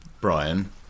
Brian